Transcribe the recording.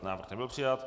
Návrh nebyl přijat.